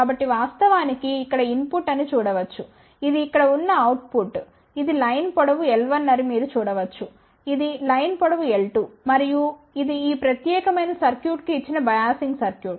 కాబట్టి వాస్తవానికి ఇక్కడ ఇన్ పుట్ అని చూడవచ్చు ఇది ఇక్కడ ఉన్న అవుట్ పుట్ ఇది లైన్ పొడవు l1 అని మీరు చూడవచ్చు ఇది లైన్ పొడవు l2 మరియు ఇది ఈ ప్రత్యేకమైన సర్క్యూట్ కు ఇచ్చిన బయాసింగ్ సర్క్యూట్